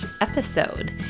episode